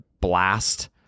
blast